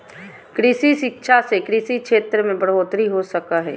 कृषि शिक्षा से कृषि क्षेत्र मे बढ़ोतरी हो सको हय